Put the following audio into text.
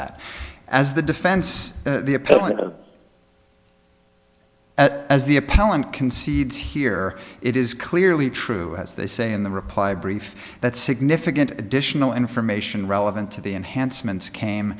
that as the defense the appellate of as the appellant concedes here it is clearly true as they say in the reply brief that significant additional information relevant to the enhancements came